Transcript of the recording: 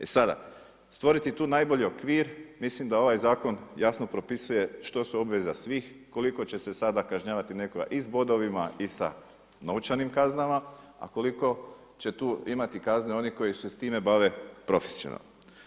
E sada, stvoriti tu najbolji okvir, mislim da ovaj zakon jasno propisuje što su obveza svih, koliko će se sada kažnjavati nekoga i s bodovima i sa novčanim kaznama, a koliko će tu imati kazne oni koji se s time bave profesionalno.